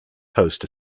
post